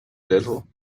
little